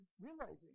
realizing